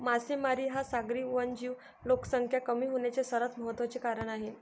मासेमारी हा सागरी वन्यजीव लोकसंख्या कमी होण्याचे सर्वात महत्त्वाचे कारण आहे